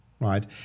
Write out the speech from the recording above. right